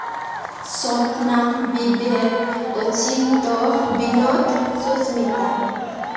Swapna Bibek Achinta Binod Susmita